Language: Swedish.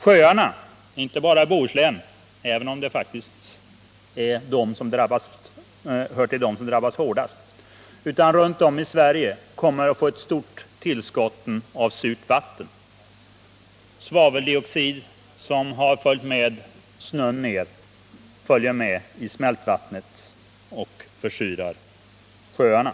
Sjöarna inte bara i Bohuslän, även om de hör till dem som drabbas hårdast, utan runt om i Sverige kommer att få ett stort tillskott av försurat vatten. Svaveldioxid som har följt med snön går vidare med smältvattnet och försurar sjöarna.